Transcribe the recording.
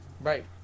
right